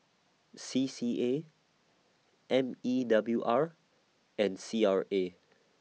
C C A M E W R and C R A